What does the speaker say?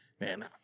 Man